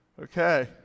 Okay